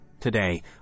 Today